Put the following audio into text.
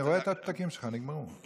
אני רואה את הפתקים שלך, נגמרו.